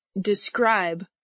describe